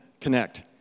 connect